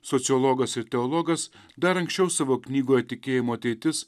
sociologas ir teologas dar anksčiau savo knygoje tikėjimo ateitis